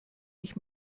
ich